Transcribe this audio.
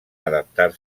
adaptar